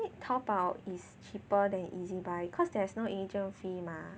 淘宝 is cheaper than Ezbuy cause there's no agent fee mah